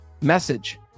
message